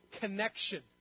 connection